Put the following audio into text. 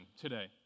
today